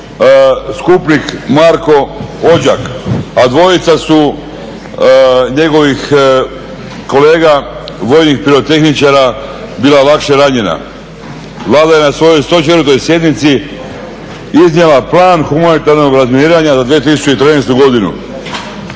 skupnik Marko Odžak, a dvojica su njegovih kolega vojnih pirotehničara bila lakše ranjena. Vlada je na svojoj 104. sjednici iznijela plan humanitarnog razminiranja za 2013. godinu.